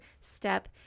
step